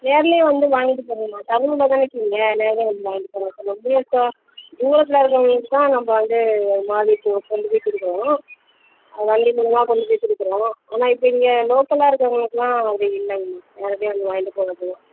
நேர்லேயே வந்து வாங்கிட்டு போங்க மா டவுனுள்ளே தானே இருக்கீங்க நேர்லேயே வந்து வாங்கிட்டு போங்க நம்மள்ட்ட தூரத்தில் இருக்கிறவங்களுக்கு தான் இந்த மாதிரி கொண்டு போய் கொடுக்குறோம் வண்டி மூலிமா கொண்டு போய் கொடுக்குறோம் ஆனால் இப்போ இங்கே லோக்கலில் இருக்கிறவங்களுக்குலாம் அது இல்லைங்கமா நேர்லேயே வந்து வாங்கிட்டு போக வேண்டி தான்